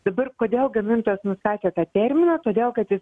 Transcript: dabar kodėl gamintojas nustatė tą terminą todėl kad